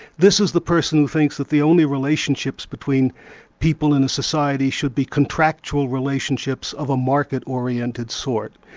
this is the person who thinks that the only relationships between people in a society should be contractual relationships of a market-oriented sort.